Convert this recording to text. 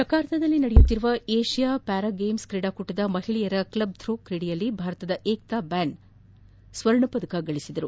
ಜಕಾರ್ತಾದಲ್ಲಿ ನಡೆಯುತ್ತಿರುವ Asia para games ಕ್ರೀಡಾಕೂಟದ ಮಹಿಳೆಯರ ಕ್ಷಬ್ಥೋ ಕ್ರೀಡೆಯಲ್ಲಿ ಭಾರತದ ಏಕ್ತಾ ಬ್ಲಾನ್ ಸ್ವರ್ಣಪದಕ ಗಳಿಸಿದ್ದಾರೆ